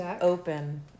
open